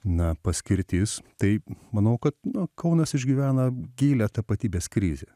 na paskirtis tai manau kad kaunas išgyvena gilią tapatybės krizę